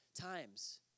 times